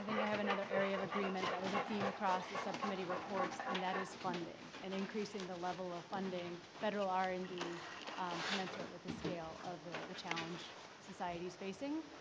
i have another area of agreement that was a theme across the subcommittee reports and that is funding and increasing the level of funding federal r and d commensurate with the scale of the the challenge society is facing.